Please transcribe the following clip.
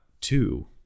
two